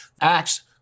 Acts